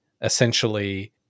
essentially